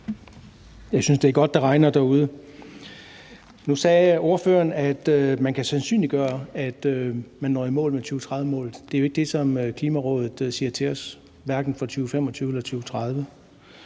Jeg synes, det er godt, at det regner derude. Nu sagde ordføreren, at man kan sandsynliggøre, at man når i mål med 2030-målet. Det er jo ikke det, som Klimarådet siger til os, hverken for 2025 eller 2030.